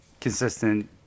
consistent